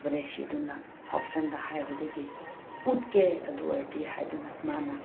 ꯕ꯭ꯔꯦꯁꯤꯗꯨꯅ ꯍꯣꯞꯁꯟꯗ ꯍꯥꯏꯕꯗꯒꯤ ꯎꯠꯀꯦ ꯑꯗꯨ ꯑꯣꯏꯔꯗꯤ ꯍꯥꯏꯗꯅ ꯃꯥꯅ